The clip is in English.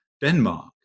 Denmark